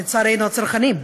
לצערנו הצרכנים,